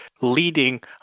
leading